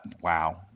wow